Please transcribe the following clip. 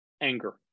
anger